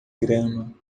grama